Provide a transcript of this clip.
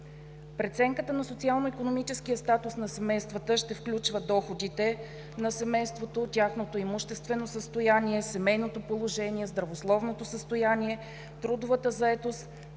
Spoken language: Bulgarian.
Преценката на социално-икономическия статус на семействата ще включва доходите на семейството, тяхното имуществено състояние, семейното положение, здравословното състояние, трудовата заетост,